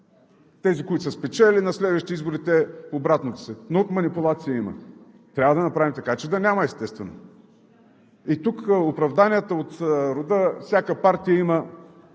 тези, които са спечелили, на следващите избори е обратното, но манипулации има. Трябва да направим така, че да няма, естествено. И тук оправданията от рода „всяка партия има